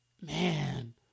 Man